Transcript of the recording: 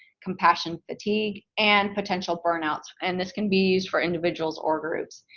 compassion fatigue, and potential burn outs. and this can be used for individuals or groups,